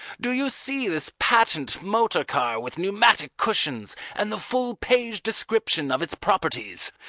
do you see this patent motor-car with pneumatic cushions, and the full-page description of its properties?